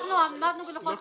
אנחנו עמדנו בלוחות